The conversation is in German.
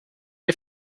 der